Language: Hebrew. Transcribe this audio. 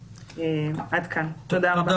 עד כאן ותודה רבה.